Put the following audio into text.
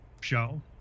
show